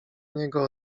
niego